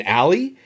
alley